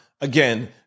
Again